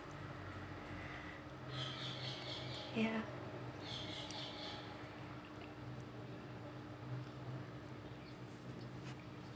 ya